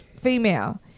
female